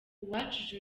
uwacu